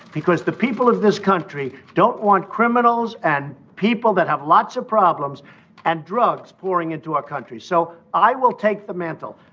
because the people of this country don't want criminals and people that have lots of problems and drugs pouring into our country. so i will take the mantle.